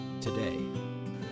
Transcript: today